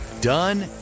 Done